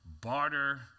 barter